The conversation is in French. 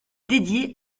dédiée